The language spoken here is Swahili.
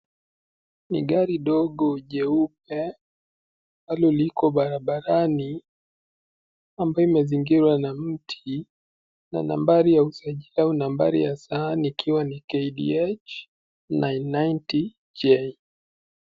Ni gari dogo jeupe ambalo liko barabarani ambayo imezingirwa na miti na nambari ya usajili au nambari ya sahani ikiwa ni KDH 990J.